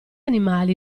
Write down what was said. animali